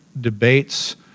debate's